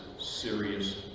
serious